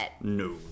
No